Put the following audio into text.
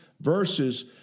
verses